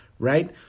right